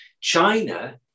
China